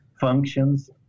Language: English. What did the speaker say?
functions